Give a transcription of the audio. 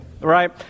right